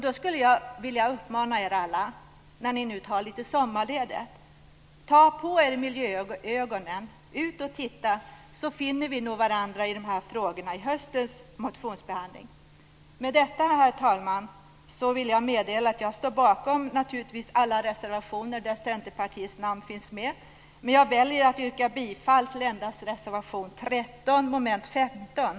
Då vill jag uppmana er alla när ni tar sommarledigt: Ta på er miljöögonen, gå ut och titta, så finner vi varandra i dessa frågor under höstens motionsbehandling. Herr talman! Med detta vill jag meddela att jag naturligtvis står bakom alla reservationer där Centerpartiet finns med men jag väljer att yrka bifall endast till reservation 13 under mom. 15.